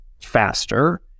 faster